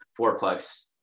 fourplex